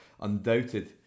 undoubted